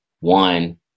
one